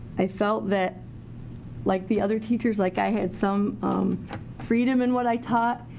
i felt that like the other teachers, like i had some freedom in what i taught.